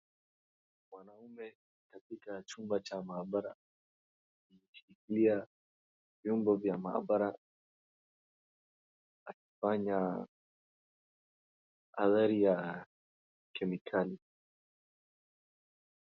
Wanaume katika chumba cha maabara wameshilikia vyombo vya maabara akifanya athari ya kemikali.